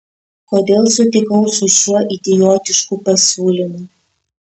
kodėl sutikau su šiuo idiotišku pasiūlymu